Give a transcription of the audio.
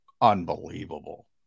unbelievable